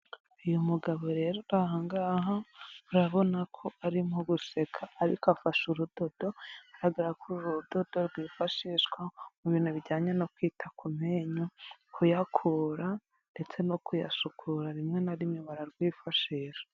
Uyu mugabo rero uri aha urabona ko arimo guseka, ariko afashe urudodo bigaragara ko uru rudodo rwifashishwa mu bintu bijyanye no kwita ku menyo, kuyakura ndetse no kuyasukura rimwe na rimwe bararwifashisha.